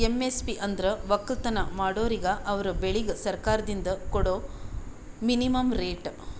MSP ಅಂದ್ರ ವಕ್ಕಲತನ್ ಮಾಡೋರಿಗ ಅವರ್ ಬೆಳಿಗ್ ಸರ್ಕಾರ್ದಿಂದ್ ಕೊಡಾ ಮಿನಿಮಂ ರೇಟ್